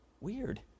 weird